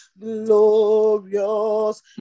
glorious